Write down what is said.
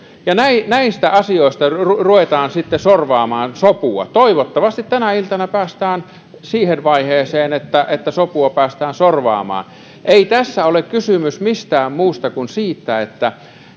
ja näistä asioista ruvetaan sitten sorvaamaan sopua toivottavasti tänä iltana päästään siihen vaiheeseen että että sopua päästään sorvaamaan ei tässä ole kysymys mistään muusta kuin siitä että